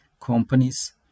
companies